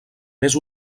més